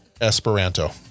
Esperanto